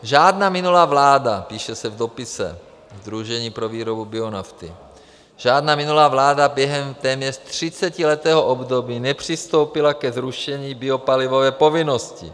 Žádná minulá vláda, píše se v dopise Sdružení pro výrobu bionafty, žádná minulá vláda během téměř třicetiletého období nepřistoupila ke zrušení biopalivové povinnosti.